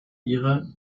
ihre